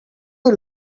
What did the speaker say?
you